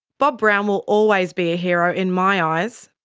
bob brown will always be a hero in my eyes.